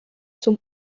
zum